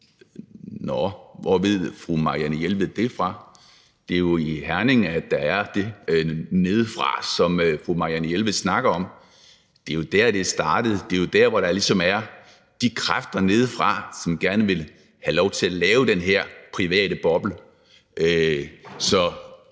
Nå, hvor ved fru Marianne Jelved det fra? Det er jo i Herning, der kommer de kræfter nedefra, som fru Marianne Jelved snakker om. Det er jo der, det startede. Det er jo der, hvor der ligesom er de kræfter nedefra, som gerne vil have lov til at lave den her private boble. Så